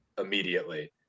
immediately